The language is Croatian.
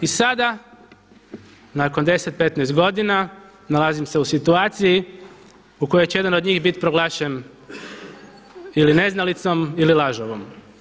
I sada nakon 10, 15 godina nalazim se u situaciji u kojoj će jedan od njih bit proglašen ili neznalicom ili lažovom.